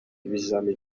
bizamini